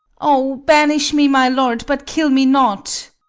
o, banish me, my lord, but kill me not!